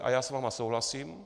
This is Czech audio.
A já s vámi souhlasím.